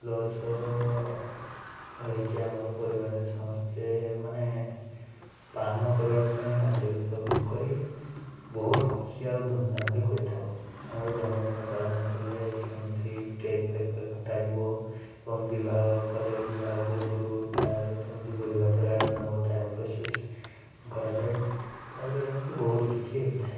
plus ରହିଛି ଆମର ପରିବାରରେ ସମସ୍ତେ ମାନେ ପାଳନ କରିବା କରିବା ପାଇଁ ନାଚ ଗୀତ କରି ବହୁତ ଖୁସି ଆଉ ଧୁମଧାମ୍ରେ କରିଥାଉ ଆମର ଜନ୍ମଦିନ ପାଳନ କଲେ କେମିତି କେକ୍ଫେକ୍ କଟାଯିବ ଏବଂ ବିବାହ କଲେ ବିବାହ ପୁର୍ବରୁ ତା'ର କେମିତି ଭୋଜି ଭାତର ଆୟୋଜନ ହେବ ତା'ର ପ୍ରୋସେସ୍ କରାଯାଏ ତା'ପରେ ଏମିତି ବହୁତ କିଛି ହୋଇଥାଏ